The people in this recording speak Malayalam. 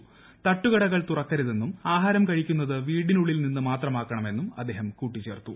ശിട്ടുക്ടകൾ തുറക്കരുതെന്നും ആഹാരം കഴിക്കുന്നത് വീട്ടിനുള്ളിൽ ് നിന്ന് മാത്രമാക്കണമെന്നും അദ്ദേഹം കൂട്ടിച്ചേർത്തു